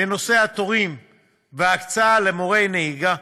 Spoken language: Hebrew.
בנושא התורים וההקצאה למורי נהיגה.